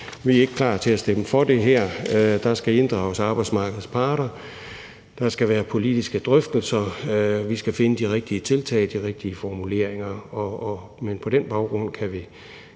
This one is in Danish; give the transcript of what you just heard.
Vi er ikke klar til at stemme for det her. Arbejdsmarkedets parter skal inddrages. Der skal være politiske drøftelser. Vi skal finde de rigtige tiltag, de rigtige formuleringer. Men på den baggrund kan vi